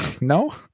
No